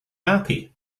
happy